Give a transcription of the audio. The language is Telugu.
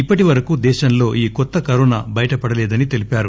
ఇప్పటి వరకు దేశంలో ఈ కొత్త కరోనా బయటపడలేదని తెలిపారు